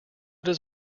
does